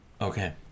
Okay